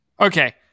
Okay